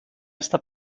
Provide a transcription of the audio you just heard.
esta